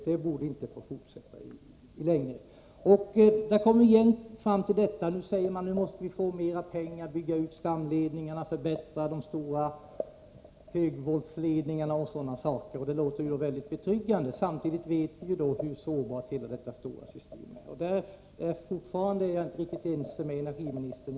Detta borde inte få fortsätta längre. Nu återkommer verket med samma agerande och säger att det nu måste få mer pengar för att kunna bygga ut stamledningarna, förbättra de stora högvoltsledningarna, m.m. Detta låter ju mycket betryggande, men samtidigt vet vi hur sårbart hela detta stora system är. Fortfarande är jag inte riktigt ense med energiministern.